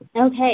Okay